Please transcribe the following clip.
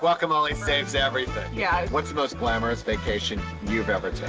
guacamole saves everything. yeah. what's the most glamorous vacation you've ever taken?